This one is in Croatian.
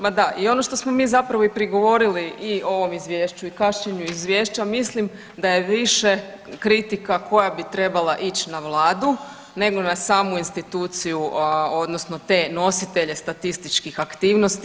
Ma da i ono što smo mi zapravo i prigovorili o ovom izvješću i kašnjenju izvješća mislim da je više kritika koja bi trebala ići na Vladu, nego na samu instituciju, odnosno te nositelje statističkih aktivnosti.